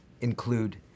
include